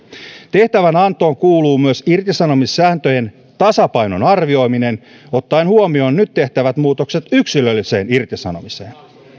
tehtävänantoon kuuluu myös irtisanomissääntöjen tasapainon arvioiminen ottaen huomioon nyt tehtävät muutokset yksilölliseen irtisanomiseen